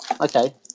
Okay